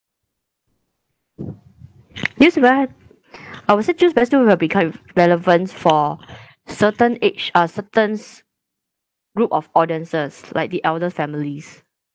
this [one] I would say relevance for certain age uh certains group of audiences like the elder families